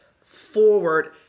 forward